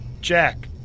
Jack